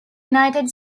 united